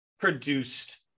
produced